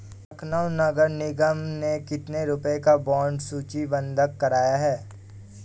लखनऊ नगर निगम ने कितने रुपए का बॉन्ड सूचीबद्ध कराया है?